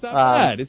ah.